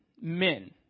men